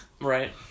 Right